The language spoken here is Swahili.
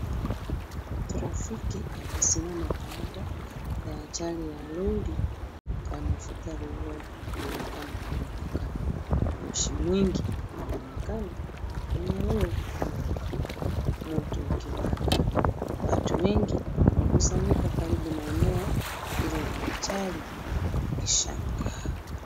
Trafiki imesimama baada ya ajali ya lori la mafuta lililogeuka na kulipuka. Moshi mingi imeonekana kwenye lori hilo, huku moto ukiwaka. Watu wengi wamekusanyika karibu na eneo lililo la ajali wakishangaa.